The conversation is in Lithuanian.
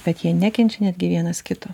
bet jie nekenčia netgi vienas kito